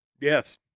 Yes